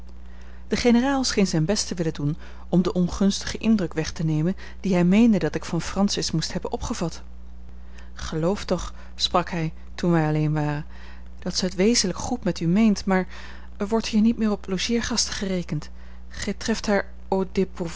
de generaal scheen zijn best te willen doen om den ongunstigen indruk weg te nemen dien hij meende dat ik van francis moest hebben opgevat geloof toch sprak hij toen wij alleen waren dat zij het wezenlijk goed met u meent maar er wordt hier niet meer op logeergasten gerekend gij treft haar